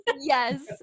Yes